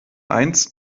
eins